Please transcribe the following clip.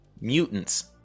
Mutants